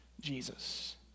Jesus